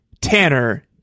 Tanner